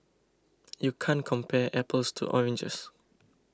you can't compare apples to oranges